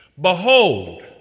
Behold